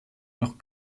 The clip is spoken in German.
noch